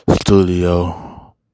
studio